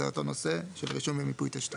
זה אותו נושא של רישוי ומיפוי תשתיות.